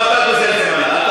עכשיו, אתה גוזל זמן.